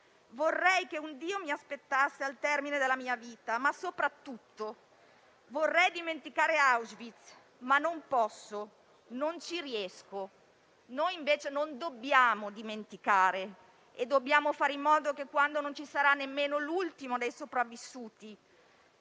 vorrei che un Dio mi aspettasse al termine della mia vita, ma soprattutto vorrei dimenticare Auschwitz, ma non posso, non ci riesco. Noi invece non dobbiamo dimenticare e dobbiamo fare in modo che, quando non ci sarà più nemmeno l'ultimo dei sopravvissuti,